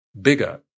bigger